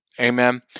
Amen